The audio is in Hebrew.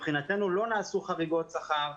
מבחינתנו לא נעשו חריגות שכר.